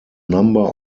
number